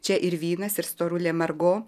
čia ir vynas ir storulė margo